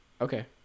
okay